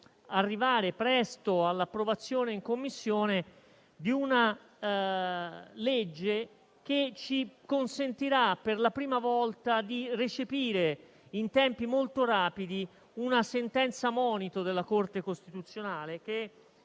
arrivare presto all'approvazione in Commissione di una legge che ci consentirà, per la prima volta, di recepire in tempi molto rapidi una sentenza monito della Corte costituzionale (la